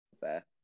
Fair